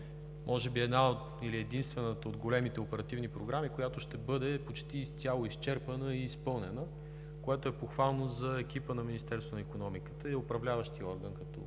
може би една или единствената от големите оперативни програми, която ще бъде почти изцяло изчерпана и изпълнена, което е похвално за екипа на Министерството на икономиката и управляващия орган като